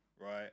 right